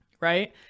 right